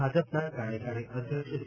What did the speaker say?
ભાજપના કાર્યકારી અધ્યક્ષ જે